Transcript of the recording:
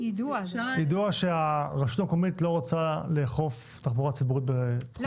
יידוע שהרשות המקומית לא רוצה לאכוף תחבורה ציבורית בתחומה.